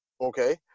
okay